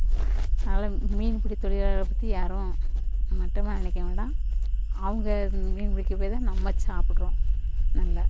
அதனால் மீன் பிடி தொழிலாளர்களை பற்றி யாரும் மட்டமாக நினைக்க வேண்டாம் அவங்க மீன் பிடிக்க போய் தான் நம்ம சாப்பிட்றோம் நல்லா